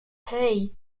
hey